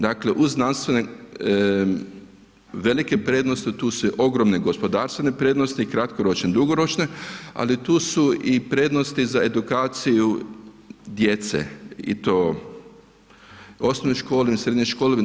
Dakle, uz znanstvene, velike prednosti tu su ogromne gospodarstvene prednosti, kratkoročne, dugoročne, ali tu su i prednosti za edukaciju djece i to u osnovnoj školi, srednjoj školi.